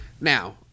Now